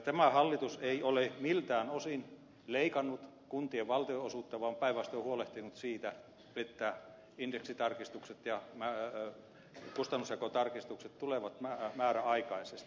tämä hallitus ei ole miltään osin leikannut kuntien valtionosuutta vaan päinvastoin huolehtinut siitä että indeksitarkistukset ja kustannusjakotarkistukset tulevat määräaikaisesti